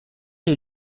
est